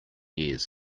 years